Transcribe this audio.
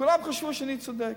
כולם חשבו שאני צודק,